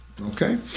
Okay